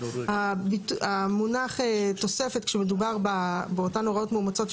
המונח "תוספת" כשמדובר באותן הוראות מאומצות,